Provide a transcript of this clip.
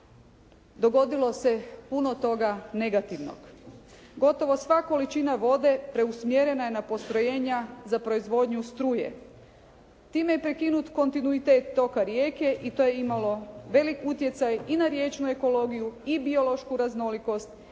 dogodilo se puno toga negativnog. Gotovo sva količina vode preusmjerena je na postrojenja za proizvodnju struje. Time je prekinut kontinuitet toka rijeke i to je imalo velik utjecaj i na riječnu ekologiju i biološku raznolikost